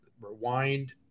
rewind